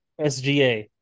SGA